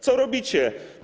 Co robicie?